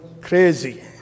crazy